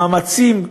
המאמצים,